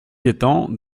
étant